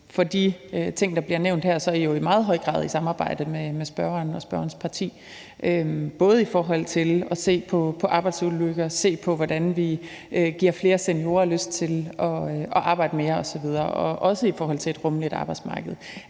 til de ting, der bliver nævnt her, jo i meget høj grad i samarbejde med spørgeren og spørgerens parti. Det er både i forhold til at se på arbejdsulykker og at se på, hvordan vi giver flere seniorer lyst til at arbejde mere osv., og også i forhold til et rummeligt arbejdsmarked.